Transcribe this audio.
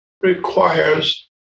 requires